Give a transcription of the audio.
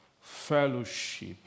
fellowship